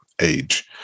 age